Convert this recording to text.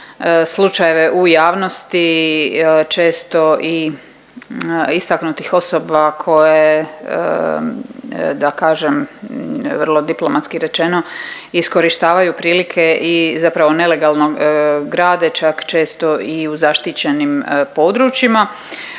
slučajeve u javnosti, često i istaknutih osoba koje da kažem vrlo diplomatski rečeno, iskorištavaju prilike i zapravo nelegalno grade, čak česti i u zaštićenim područjima.